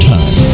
Time